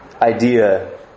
idea